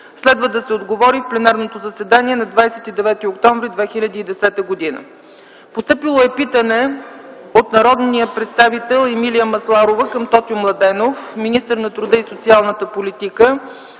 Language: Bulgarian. Следва да се отговори в пленарното заседание на 29 октомври 2010г. Питане от народния представител Емилия Масларова към Тотю Младенов – министър на труда и социалната политика,